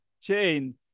Chain